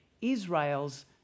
Israel's